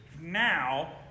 now